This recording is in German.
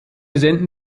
senden